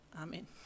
Amen